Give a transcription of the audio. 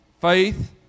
faith